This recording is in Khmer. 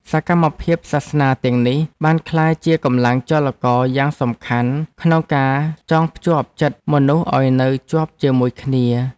សកម្មភាពសាសនាទាំងនេះ បានក្លាយជាកម្លាំងចលករយ៉ាងសំខាន់ក្នុងការចងភ្ជាប់ចិត្តមនុស្សឱ្យនៅជាប់ជាមួយគ្នា។